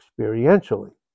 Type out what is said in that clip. experientially